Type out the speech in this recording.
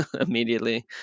immediately